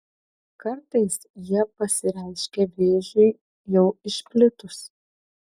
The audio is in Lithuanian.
kartais jie pasireiškia vėžiui jau išplitus